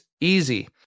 Easy